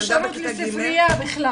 זה כשיש אפשרות לספריה בכלל.